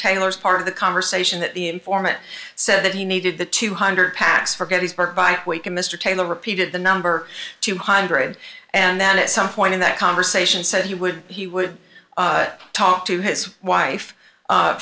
taylor's part of the conversation that the informant said that he needed the two hundred packs for gettysburg by way to mr taylor repeated the number two hundred and then at some point in that conversation said he would he would talk to his wife